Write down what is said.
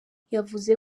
yavuze